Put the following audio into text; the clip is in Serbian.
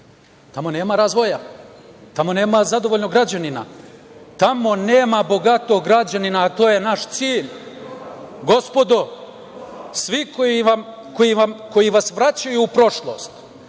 tamo nema razvoja, tamo nema zadovoljnog građanina, tamo nema bogatog građanina, a to je naš cilj. Gospodo, svi koji vas vraćaju u prošlost,